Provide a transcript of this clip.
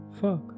fuck